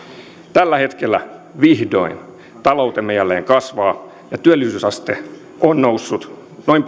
tällä hetkellä vihdoin taloutemme jälleen kasvaa ja työllisyysaste on noussut noin